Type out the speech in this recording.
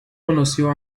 conoció